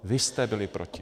Vy jste byli proti.